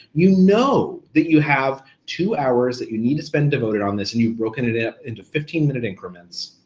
you know that you have two hours that you need to spend devoted on this and you've broken it up into fifteen minute increments.